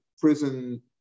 prison